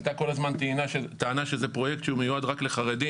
עלתה כל הזמן טענה שזה פרויקט שהוא מיועד רק לחרדים.